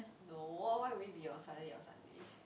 no why would it be on saturday or sunday